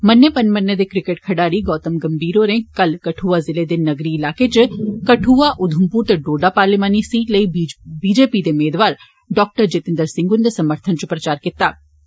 मन्ने परमन्ने दे क्रिकेट खडारी गोतम गंभिर होरें कल कदुआ जिले दे नगरी इलाके इच कदुआ उधमपुर ते डोडा पार्लिमानी सीट लेई बी जे पी दे मेदवार डा जितेन्द्र सिंह हुन्दे समर्थन इच प्रचार कीत्ता